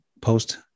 post